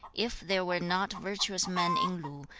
if there were not virtuous men in lu,